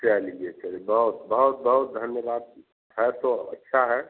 चलिए चलिए बहुत बहुत बहुत धन्यवाद है तो अच्छा है